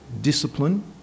discipline